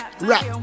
rap